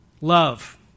Love